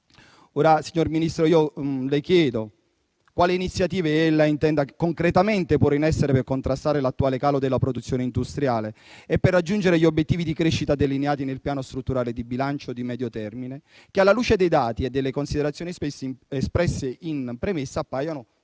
Ora, signor Ministro, io le chiedo quali iniziative intenda concretamente porre in essere per contrastare l'attuale calo della produzione industriale e per raggiungere gli obiettivi di crescita delineati nel Piano strutturale di bilancio di medio termine che, alla luce dei dati e delle considerazioni espresse in premessa, appaiono irrealistici.